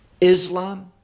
Islam